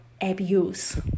abuse